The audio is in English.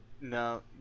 No